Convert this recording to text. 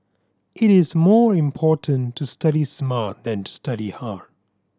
it is more important to study smart than to study hard